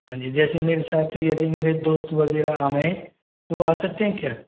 हाँ जी जैसे मेरे साथी यदि मेरे दोस्त वगैरह आएँ तो आ सकते हैं क्या